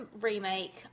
remake